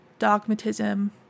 dogmatism